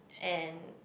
and